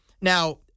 now